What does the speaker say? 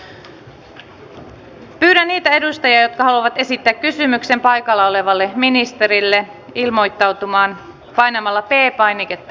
pyydän niitä edustajia jotka haluavat esittää kysymyksen paikalla olevalle ministerille ilmoittautumaan nousemalla seisomaan ja painamalla p painiketta